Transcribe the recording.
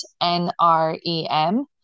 n-r-e-m